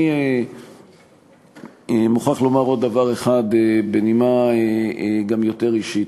אני מוכרח לומר עוד דבר אחד בנימה יותר אישית.